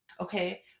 okay